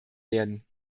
werden